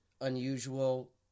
unusual